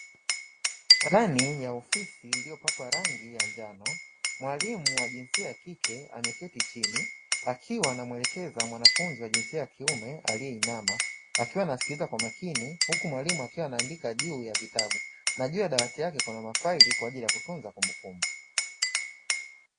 Ndani ya ofisi iliyopakwa rangi ya njano, mwalimu wa jinsia ya kike ameketi chini akiwa anamwelekeza mwanafunzi wa jinsia ya kiume aliyeinama, akiwa anasikiliza kwa makini huku mwalimu akiwa anaandika juu ya vitabu, na juu ya dawati lake kuna mafaili kwa ajili ya kutunza kumbukumbu.